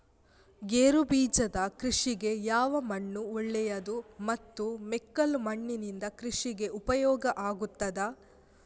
ಗೇರುಬೀಜದ ಕೃಷಿಗೆ ಯಾವ ಮಣ್ಣು ಒಳ್ಳೆಯದು ಮತ್ತು ಮೆಕ್ಕಲು ಮಣ್ಣಿನಿಂದ ಕೃಷಿಗೆ ಉಪಯೋಗ ಆಗುತ್ತದಾ?